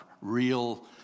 real